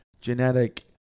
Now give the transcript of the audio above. genetic